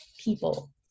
people